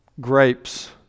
grapes